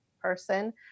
person